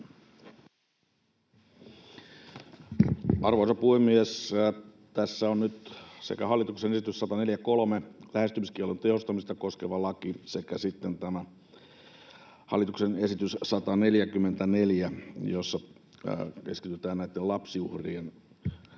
Arvoisa puhemies! Tässä on nyt sekä hallituksen esitys 143, lähestymiskiellon tehostamista koskeva laki, että sitten tämä hallituksen esitys 144, jossa keskitytään näitten lapsiuhrien asioiden